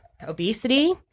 obesity